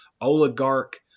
oligarch